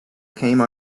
came